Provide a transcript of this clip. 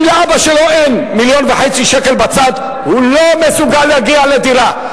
אם לאבא שלו אין מיליון וחצי שקל בצד הוא לא מסוגל להגיע לדירה.